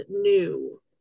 new